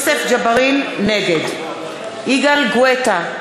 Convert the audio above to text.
נגד יגאל גואטה,